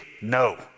no